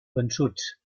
vençuts